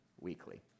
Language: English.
weekly